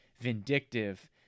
vindictive